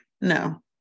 No